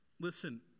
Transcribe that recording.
Listen